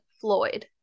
Floyd